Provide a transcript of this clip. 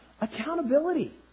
accountability